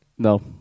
No